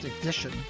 edition